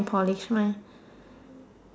polish mine